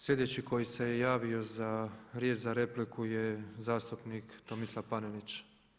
Sljedeći koji se javio za riječ za repliku je zastupnik Tomislav Panenić.